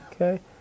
Okay